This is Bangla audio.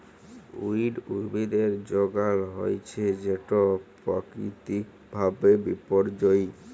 উইড উদ্ভিদের যগাল হ্যইলে সেট পাকিতিক ভাবে বিপর্যয়ী